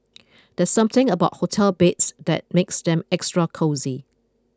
there's something about hotel beds that makes them extra cosy